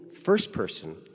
first-person